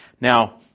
Now